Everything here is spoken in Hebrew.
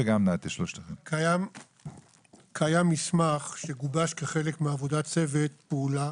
קיים מסמך שגובש כחלק מעבודת צוות פעולה